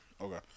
Okay